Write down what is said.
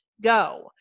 go